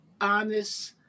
honest